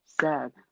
Sad